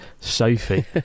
Sophie